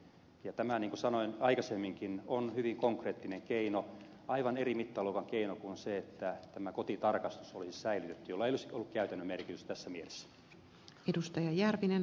ja tämä niin kuin sanoin aikaisemminkin on hyvin konkreettinen keino aivan eri mittaluokan keino kuin se että tämä kotitarkastus olisi säilytetty jolla ei olisi ollut käytännön merkitystä tässä mielessä